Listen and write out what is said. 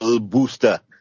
booster